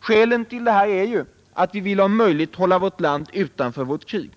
Skälen till det här är ju att vi vill om möjligt hålla vårt land utanför ett krig.